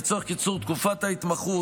לצורך קיצור תקופת ההתמחות,